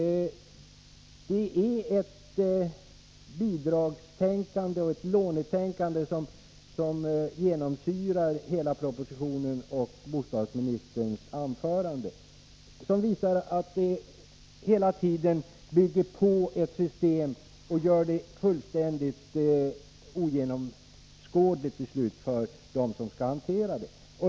Det är ett bidragstänkande och ett lånetänkande som genomsyrar hela propositionen och bostadsministerns anförande. Hela tiden bygger man på ett krångligt system och gör det till slut fullständigt ogenomträngligt för dem som skall hantera det.